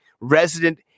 resident